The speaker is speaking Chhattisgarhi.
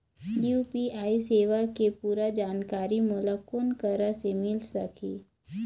यू.पी.आई सेवा के पूरा जानकारी मोला कोन करा से मिल सकही?